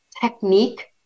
technique